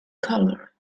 color